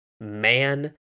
man